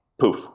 Poof